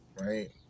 right